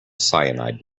cyanide